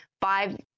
five